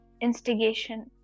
instigation